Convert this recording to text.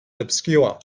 obscure